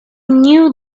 knew